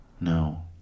No